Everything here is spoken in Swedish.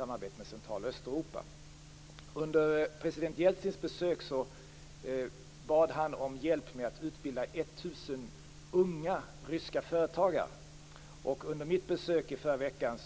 President Jeltsin bad under sitt besök om hjälp med att utbilda 1 000 unga ryska företagare. Under mitt besök i förra veckan